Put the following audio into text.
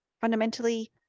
Fundamentally